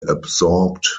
absorbed